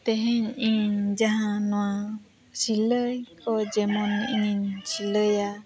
ᱛᱮᱦᱮᱧ ᱤᱧ ᱡᱟᱦᱟᱸ ᱱᱚᱣᱟ ᱥᱤᱞᱟᱹᱭ ᱠᱚ ᱡᱮᱢᱚᱱ ᱤᱧᱤᱧ ᱥᱤᱞᱟᱹᱭᱟ